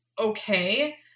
okay